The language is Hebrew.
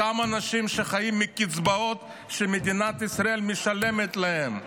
אותם אנשים שחיים מקצבאות שמדינת ישראל משלמת להם,